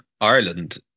Ireland